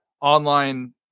online